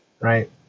right